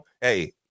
Hey